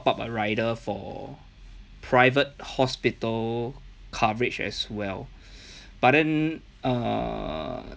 up a rider for private hospital coverage as well but then err